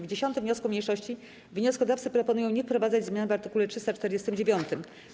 W 10. wniosku mniejszości wnioskodawcy proponują nie wprowadzać zmian w art. 349.